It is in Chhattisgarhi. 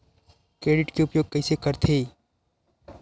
क्रेडिट के उपयोग कइसे करथे?